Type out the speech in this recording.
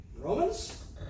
Romans